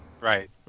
Right